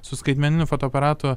su skaitmeniniu fotoaparatu